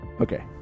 Okay